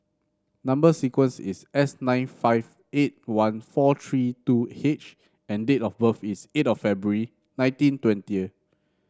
number sequence is S nine five eight one four three two H and date of birth is eight of February nineteen twenty